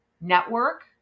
network